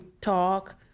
talk